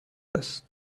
است